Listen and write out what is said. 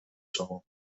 czoło